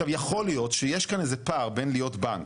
יכול להיות שיש פה איזה פער של להיות בנק,